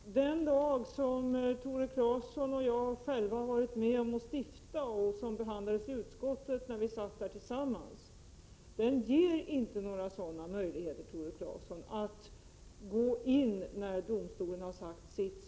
Fru talman! Den lag som Tore Claeson och jag själv varit med om att stifta och som behandlades i utskottet när vi båda satt i det, ger inga möjligheter för regeringen att agera när vattendomstolen har sagt sitt.